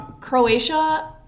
Croatia